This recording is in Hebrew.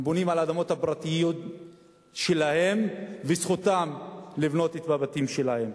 הם בונים על האדמות הפרטיות שלהם וזכותם לבנות את הבתים שלהם.